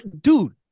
Dude